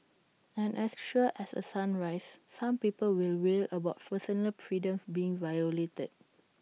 and as sure as A sunrise some people will wail about personal freedoms being violated